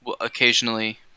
occasionally